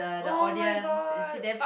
oh-my-god